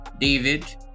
david